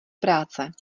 práce